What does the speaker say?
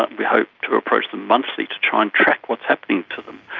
but we hope to approach them monthly to try and track what is happening to them,